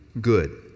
Good